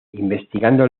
investigando